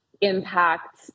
impact